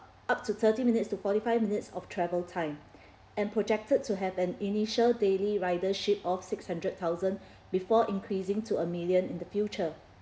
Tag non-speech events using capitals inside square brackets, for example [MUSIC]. up to thirty minutes to forty five minutes of travel time and projected to have an initial daily ridership of six hundred thousand [BREATH] before increasing to a million in the future